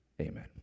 amen